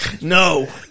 No